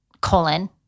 colon